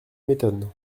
m’étonne